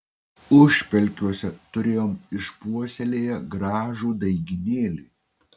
užpelkiuose turėjom išpuoselėję gražų daigynėlį